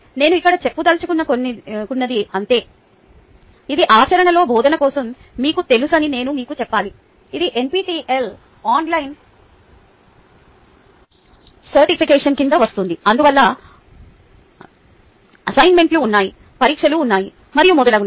నేను ఇక్కడ చెప్పదల్చుకున్నది అంతే ఇది ఆచరణలో బోధన కోసం మీకు తెలుసని నేను మీకు చెప్పాలి ఇది NPTEL ఆన్లైన్ సర్టిఫికేషన్ కింద వస్తుంది అందువల్ల అసైన్మెంట్లు ఉన్నాయి పరీక్షలు ఉన్నాయి మరియు మొదలగునవి